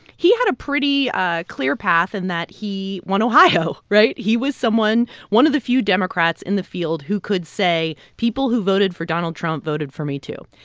he had a pretty ah clear path in that he won ohio, right? he was someone one of the few democrats in the field who could say, people who voted for donald trump voted for me, too.